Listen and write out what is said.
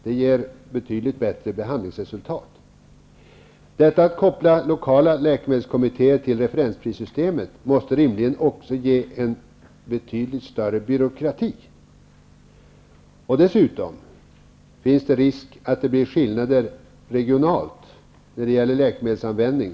Det ger betydligt bättre behandlingsresultat. Detta att koppla lokala läkemedelskommittéer till referensprissystemet måste rimligen också ge en betydligt större byråkrati. Dessutom finns det risk att det blir skillnader regionalt när det gäller läkemedelsanvändning.